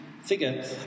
figure